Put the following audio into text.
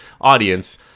audience